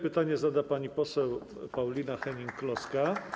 Pytanie zada pani poseł Paulina Hennig-Kloska.